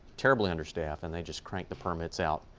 terribly understaffed, and they just crank the permits out,